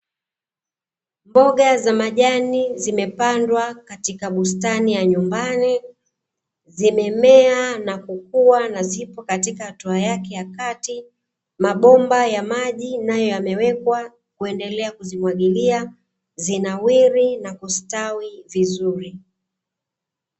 Mboga za majani zimepandwa katika bustani ya nyumbani, zimemea na kukua na zipo katika hatua yake ya kati, mabomba ya maji nayo yamewekwa kuendelea kuzimwagilia zinawiri na kustawi vizuri.